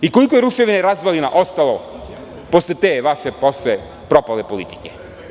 I koliko je ruševina i razvalina ostalo posle te vaše loše, propale politike?